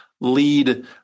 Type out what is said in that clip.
lead